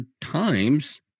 times